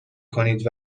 کنید